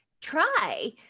try